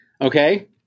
Okay